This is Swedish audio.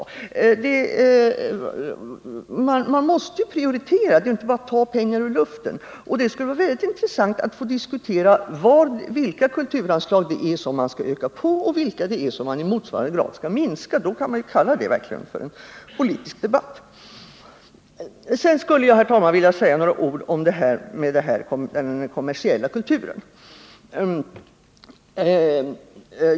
Man måste ju prioritera, det är inte bara att ta pengar ur luften. Det skulle vara mycket intressant att få diskutera vilka kulturanslag man skall öka och vilka man skall minska med motsvarande belopp. Det skulle man kunna kalla en politisk debatt. Sedan vill jag, herr talman, säga några ord om den kommersiella kulturen.